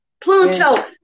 Pluto